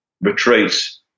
retreats